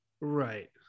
right